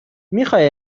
میخوای